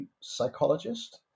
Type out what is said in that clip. psychologist